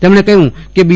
તેમણે કહ્યું કે બી